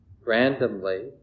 randomly